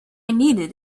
needed